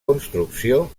construcció